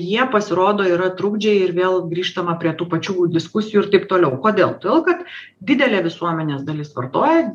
jei jie pasirodo yra trukdžiai ir vėl grįžtama prie tų pačių diskusijų ir taip toliau kodėl todėl kad didelė visuomenės dalis vartoja